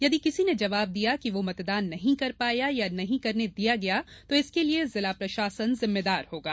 यदि किसी ने जवाब दिया कि वह मतदान नहीं कर पाया है या नहीं करने दिया गया तो इसके लिए जिला प्रशासन जिम्मेदार होगा